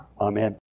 Amen